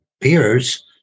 peers